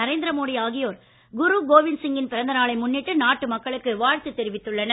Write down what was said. நரேந்திர மோடி ஆகியோர் குரு கோவிந்த்தின் பிறந்த நாளை முன்னிட்டு நாட்டு மக்களுக்கு வாழ்த்து தெரிவித்துள்ளனர்